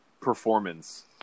performance